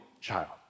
child